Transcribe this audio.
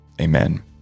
amen